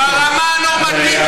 ברמה הנורמטיבית.